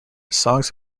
songs